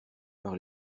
par